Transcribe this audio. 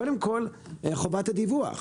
קודם כול, לגבי חובת הדיווח.